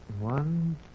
One